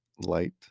light